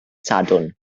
sadwrn